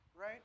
right